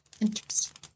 Interesting